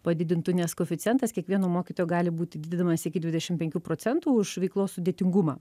padidintu nes koeficientas kiekvieno mokytojo gali būti didinamas iki dvidešim penkių procentų už veiklos sudėtingumą